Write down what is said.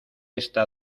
esta